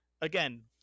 again